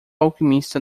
alquimista